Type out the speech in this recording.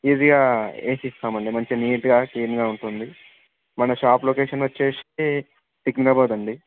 ఈజీగా వేసిస్తామండి మంచిగా నీట్గా క్లీన్గా ఉంటుంది మన షాప్ లొకేషన్ వచ్చి సికింద్రాబాద్ అండి